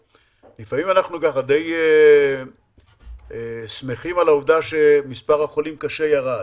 לפעמים אנחנו שמחים על העובדה שמספר החולים קשה ירד,